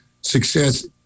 success